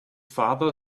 father